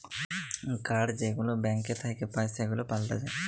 card যেগুলা bank থ্যাইকে পাই সেগুলাকে পাল্টাল যায়